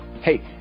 Hey